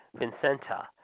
Vincenta